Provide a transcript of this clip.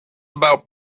about